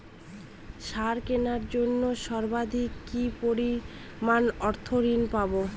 সার কেনার জন্য সর্বাধিক কি পরিমাণ অর্থ ঋণ পাব?